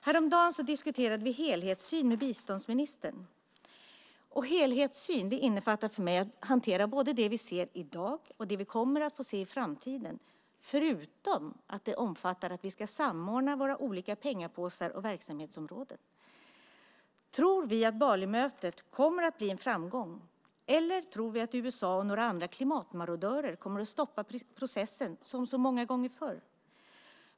Häromdagen diskuterade vi helhetssyn med biståndsministern. Helhetssyn innefattar att hantera både det vi ser i dag och det vi kommer att få se i framtiden, förutom att det omfattar att vi ska samordna olika pengapåsar och verksamhetsområden. Tror vi att Balimötet kommer att bli en framgång, eller tror vi att USA och några andra klimatmarodörer kommer att stoppa processen som så många gånger förr?